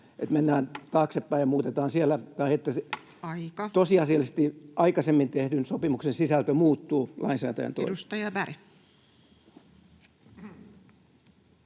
mennään taaksepäin ja muutetaan siellä, [Puhemies: Aika!] tai tosiasiallisesti aikaisemmin tehdyn sopimuksen sisältö muuttuu lainsäätäjän toimin.